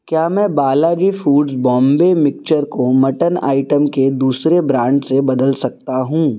کیا میں Balaji foods Bombay mixture کو مٹن آئٹم کے دوسرے برانڈ سے بدل سکتا ہوں